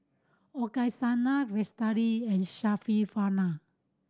Qaisara Lestari and Syarafina